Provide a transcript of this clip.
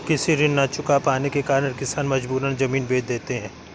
कृषि ऋण न चुका पाने के कारण किसान मजबूरन जमीन बेच देते हैं